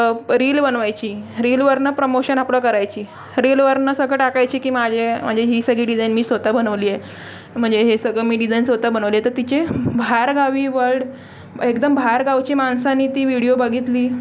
reel बनवायची रीलवरुन promotion आपलं करायची रीलवरुन सगळं टाकायची की माझे म्हणजे ही सगळी डिझाईन मी स्वत बनवली आहे म्हणजे हे सगळं मी डिझाईन स्वतः बनवली आहे तर तिचे बाहेरगावी वर्ल्ड एकदम बाहेरगावची माणसांनी ती व्हिडिओ बघितली